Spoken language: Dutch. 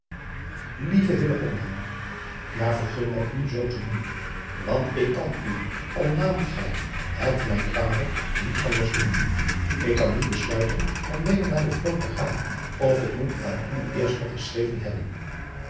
vergun mij u zoo te noemen want ik kan u al naamt gij het mij kwalijk niet driaan oosjes zn et leven van illegonda uisman anders noemen k kan niet be iten om weder naar de vloot te gaan of ik moet aan u eerst nog geschreven hebben